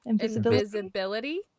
invisibility